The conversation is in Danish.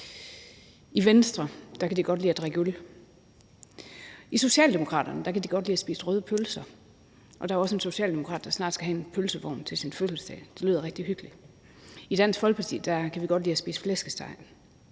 I Venstre kan de godt lide at drikke øl. I Socialdemokratiet kan de godt lide at spise røde pølser, og der er også en socialdemokrat, der snart skal have en pølsevogn til sin fødselsdag; det lyder rigtig hyggeligt. I Dansk Folkeparti kan vi godt lide at spise flæskesteg.